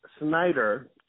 Snyder